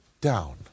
down